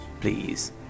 Please